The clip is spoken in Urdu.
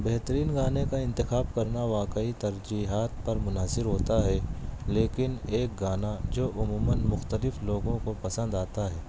بہترین گانے کا انتخاب کرنا واقعی ترجیحات پر منحصر ہوتا ہے لیکن ایک گانا جو عموماََ مختلف لوگوں کو پسند آتا ہے